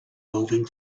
moving